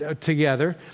together